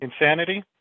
insanity